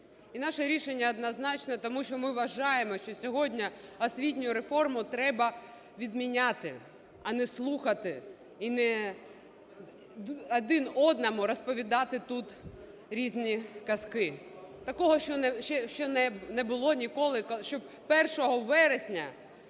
І наше рішення однозначне. Тому що ми вважаємо, що сьогодні освітню реформу треба відміняти, а не слухати і один одному розповідати тут різні казки. Такого ще не було ніколи, щоб 1 вересня